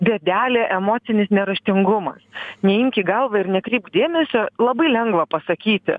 bėdelė emocinis neraštingumas neimk į galvą ir nekreipk dėmesio labai lengva pasakyti